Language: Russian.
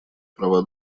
права